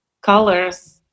colors